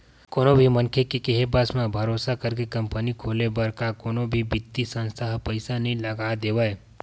कोनो भी मनखे के केहे बस म, भरोसा करके कंपनी खोले बर का कोनो भी बित्तीय संस्था ह पइसा नइ लगा देवय